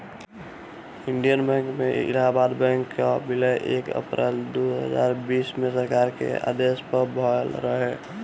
Indian bank में Allahabad bank कअ विलय एक अप्रैल दू हजार बीस में सरकार के आदेश पअ भयल रहे